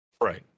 Right